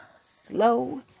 Slow